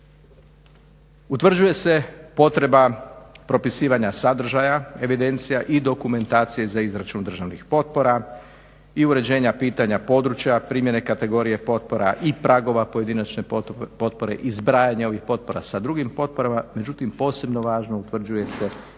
Utvrđuje se potreba propisivanja sadržaja evidencija i dokumentacije za izračun državnih potpora i uređenja pitanja područja primjene kategorije potpora i pragova pojedinačne potpore i zbrajanje ovih potpora sa drugim potporama, međutim posebno važno utvrđuje se i